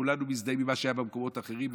כולנו מזדהים עם מה שהיה במקומות אחרים,